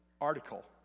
article